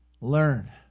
Learn